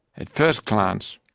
at first glance,